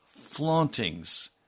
flauntings